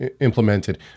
implemented